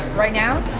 right now,